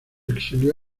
exilió